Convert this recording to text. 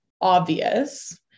obvious